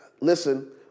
Listen